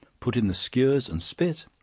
put in the skewers and spit,